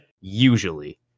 usually